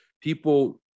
People